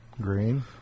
Green